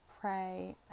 pray